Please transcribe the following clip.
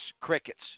crickets